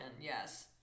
yes